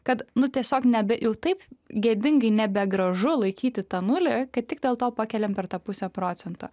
kad nu tiesiog nebe jau taip gėdingai nebegražu laikyti tą nulį kad tik dėl to pakeliam per tą pusę procento